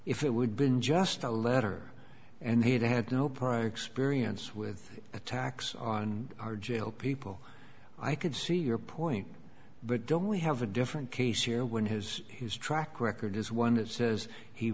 if it would been just a letter and he had no prior experience with attacks on our jail people i could see your point but don't we have a different case here when his his track record is one that says he